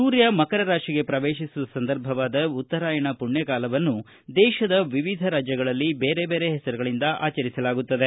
ಸೂರ್ಯ ಮಕರ ರಾಶಿಗೆ ಪ್ರವೇಶಿಸುವ ಸಂದರ್ಭವಾದ ಉತ್ತರಾಯಣ ಪುಣ್ಣ ಕಾಲವನ್ನು ದೇಶದ ವಿವಿಧ ರಾಜ್ಯಗಳಲ್ಲಿ ಬೇರೆ ಬೇರೆ ಹೆಸರುಗಳಿಂದ ಆಚರಿಸಲಾಗುತ್ತದೆ